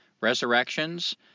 Resurrections